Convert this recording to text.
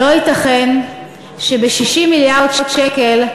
לא ייתכן שב-60 מיליארד שקל,